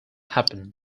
happen